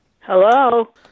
Hello